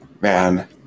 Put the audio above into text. Man